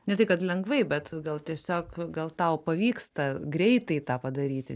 ne tai kad lengvai bet gal tiesiog gal tau pavyksta greitai tą padaryti